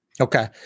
Okay